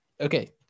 okay